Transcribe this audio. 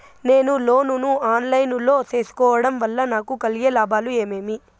నేను లోను ను online లో సేసుకోవడం వల్ల నాకు కలిగే లాభాలు ఏమేమీ?